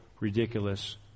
ridiculous